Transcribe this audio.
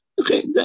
Okay